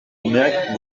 umeak